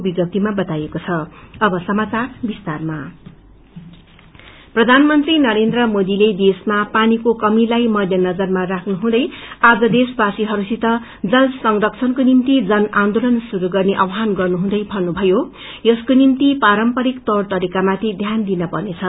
मनकी बात प्रधानमंत्री नरेन्द्र मोदीले देशमा पानीको कमीलाई मध्यनजर राख्नुहुँदै आज देशवासीहरूसित जल संरक्षणको निम्ति जन आन्दोलन शुरू गर्ने आवहान गर्नुहुँदै भन्नुभयो यसको निम्ति पारम्परिक तौर तरिकामाथि ध्सान दिन पन्नेछ